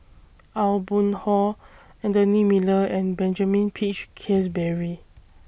Aw Boon Haw Anthony Miller and Benjamin Peach Keasberry